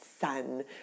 sun